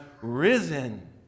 risen